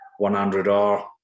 100R